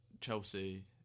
Chelsea